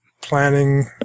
planning